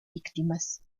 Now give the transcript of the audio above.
víctimas